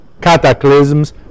cataclysms